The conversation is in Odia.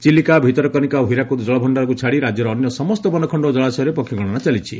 ଚିଲିକା ଭିତରକନିକା ଓ ହୀରାକୁଦ କଳଭଣ୍ଡାରକୁ ଛାଡି ରାକ୍ୟର ଅନ୍ୟ ସମସ୍ତ ବନଖଣ ଓ ଜଳାଶୟରେ ପକ୍ଷୀ ଗଣନା ଚାଲିଛି